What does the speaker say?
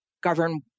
govern